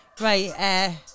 Right